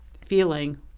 feeling